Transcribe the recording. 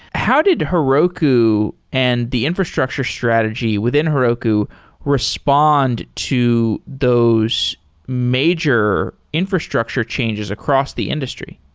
how did heroku and the infrastructure strategy within heroku respond to those major infrastructure changes across the industry?